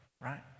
right